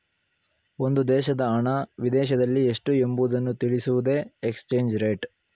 ಒಂದು ದೇಶದ ಹಣ ವಿದೇಶದಲ್ಲಿ ಎಷ್ಟು ಎಂಬುವುದನ್ನು ತಿಳಿಸುವುದೇ ಎಕ್ಸ್ಚೇಂಜ್ ರೇಟ್